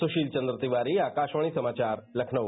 सुशील चन्द्र तिवारी आकाशवाणी समाचार लखनऊ